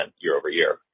year-over-year